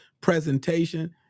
presentation